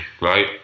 right